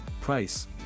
Price